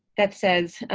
that says,